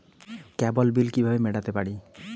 কেবল bill কিভাবে মেটাতে পারি?